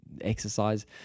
exercise